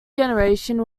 generation